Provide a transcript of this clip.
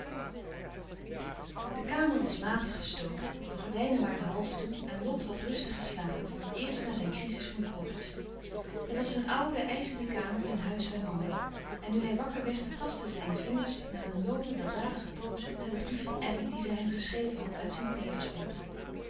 de kamer was matig gestookt de gordijnen waren half toe en lot had rustig geslapen voor het eerst na zijn crizis van koorts het was zijn oude eigene kamer in huis bij mama en nu hij wakker werd tastten zijne vingers na een loome weldadige pooze naar den brief van elly dien zij hem geschreven had uit